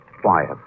quiet